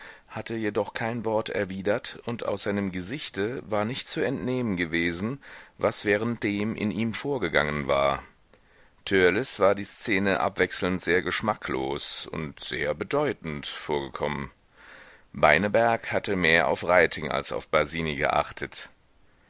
hatte jedoch kein wort erwidert und aus seinem gesichte war nicht zu entnehmen gewesen was währenddem in ihm vorgegangen war törleß war die szene abwechselnd sehr geschmacklos und sehr bedeutend vorgekommen beineberg hatte mehr auf reiting als auf basini geachtet